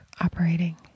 operating